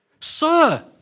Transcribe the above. Sir